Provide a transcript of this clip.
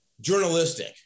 journalistic